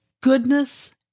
Goodness